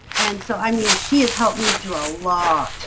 and so i mean she has helped me through a lot.